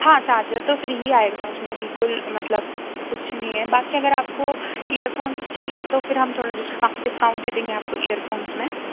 हाँ चार्जर तो फ़्री ही आएगा उसमें बिल्कुल मतलब कुछ नहीं है बाकी अगर आपको ईयरफ़ोंस चाहिए तो फिर हम थोड़ा डिस्काउंट डिस्काउंट दे देंगे आपको ईयरफ़ोंस में